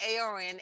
ARN